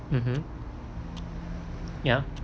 mmhmm ya